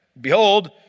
Behold